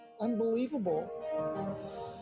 unbelievable